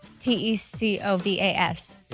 T-E-C-O-V-A-S